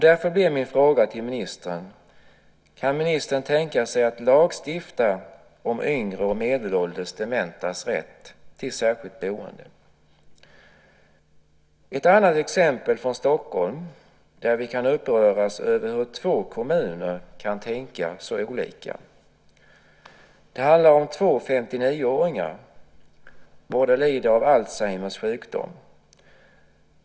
Därför blir min fråga till ministern: Kan ministern tänka sig att lagstifta om yngre och medelålders dementas rätt till särskilt boende? Ett annat exempel är från Stockholm. Där kan vi uppröras över hur två kommuner kan tänka så olika. Det handlar om två 59-åringar. Båda lider av Alzheimers sjukdom.